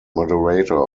moderator